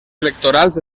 electorals